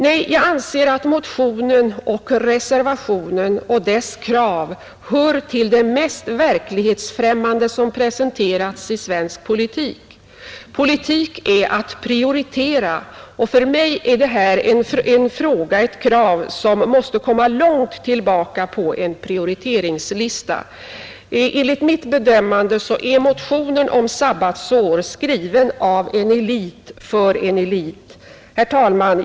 Nej, jag anser kraven i motionen och reservationen höra till det mest verklighetsfrämmande som presenterats i svensk politik. Politik är att prioritera, och för mig är detta ett krav som måste komma långt tillbaka på en prioriteringslista. Enligt mitt bedömande är motionen om sabbatsår skriven av en elit för en elit. Herr talman!